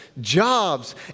jobs